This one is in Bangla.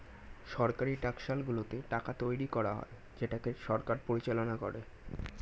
সরকারি টাকশালগুলোতে টাকা তৈরী করা হয় যেটাকে সরকার পরিচালনা করে